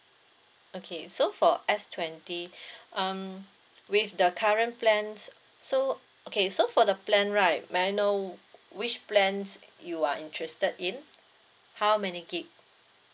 okay so for S twenty um with the current plans so okay so for the plan right may I know which plans you are interested in how many gig